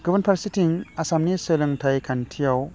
गुबुन फारसेथिं आसामनि सोलोंथाइ खान्थियाव